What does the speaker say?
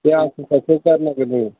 बे आखुथाइखौ गारनांगोन नोङो